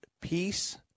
Peace